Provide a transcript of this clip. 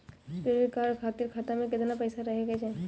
Credit card खातिर खाता में केतना पइसा रहे के चाही?